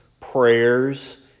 prayers